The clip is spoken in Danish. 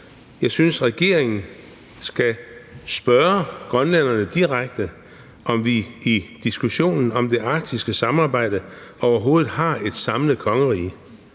jeg synes, regeringen skal spørge grønlænderne direkte, om vi i diskussionen om det arktiske samarbejde overhovedet har et samlet kongerige.